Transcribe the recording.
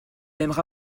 aimera